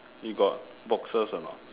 you got boxes or not